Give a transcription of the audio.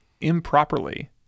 improperly